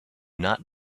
not